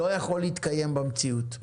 לא יכול להתקיים במציאות.